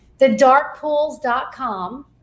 TheDarkPools.com